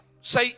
say